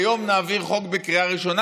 היום נעביר חוק בקריאה ראשונה?